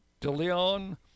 DeLeon